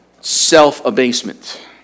self-abasement